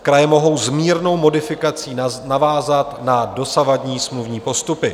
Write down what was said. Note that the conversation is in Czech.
Kraje mohou s mírnou modifikací navázat na dosavadní smluvní postupy.